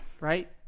right